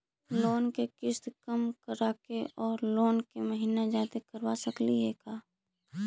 Loan के किस्त कम कराके औ लोन के महिना जादे करबा सकली हे का?